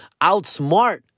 outsmart